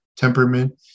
temperament